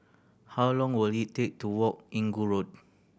how long will it take to walk Inggu Road